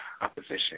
opposition